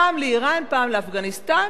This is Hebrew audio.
פעם לאירן, פעם לאפגניסטן.